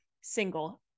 single